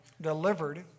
delivered